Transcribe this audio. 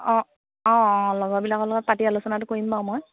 অঁ অঁ অঁ লগৰবিলাকৰ লগত পাতি আলোচনাটো কৰিম বাৰু মই